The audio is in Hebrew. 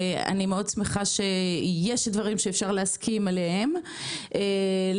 אני שמחה שיש דברים שאפשר להסכים עליהם עם הליכוד